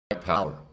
power